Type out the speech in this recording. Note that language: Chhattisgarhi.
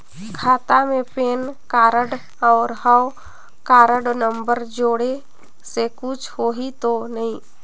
खाता मे पैन कारड और हव कारड नंबर जोड़े से कुछ होही तो नइ?